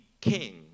king